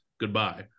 goodbye